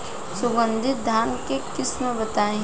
सुगंधित धान के किस्म बताई?